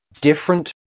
Different